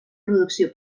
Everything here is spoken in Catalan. producció